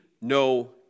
no